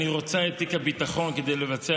אני רוצה את תיק הביטחון כדי לבצע